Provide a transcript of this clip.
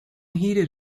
heated